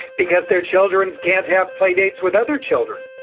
because their children's can't have play dates with other children.